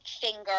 finger